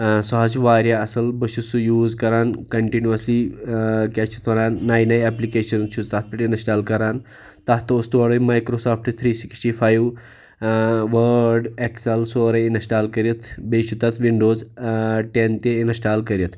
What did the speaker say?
سُہ حٕظ چھُ واریاہ اصل بہٕ چھُس سُہ یوٗز کَران کَنٹِنیسلی کیاہ چھِ یتھ وَنان نَیہِ نَیہِ ایٚپلِکیشنہِ چھُس تتھ پیٚٹھ اِنَسٹال کَران تتھ اوس تورے مایکرو سافٹہٕ تھری سِکسٹی فایِو وٲڑ ایٚکسل سورُے اِنَسٹال کٔرِتھ بیٚیہِ چھِ تتھ وِنڑوز ٹیٚن تہِ انسٹال کٔرِتھ